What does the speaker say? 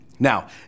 Now